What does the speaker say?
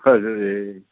हजुर ए